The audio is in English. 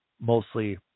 mostly